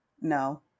No